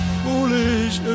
foolish